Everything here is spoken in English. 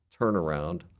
turnaround